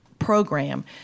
program